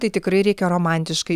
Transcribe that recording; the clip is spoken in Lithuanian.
tai tikrai reikia romantiškai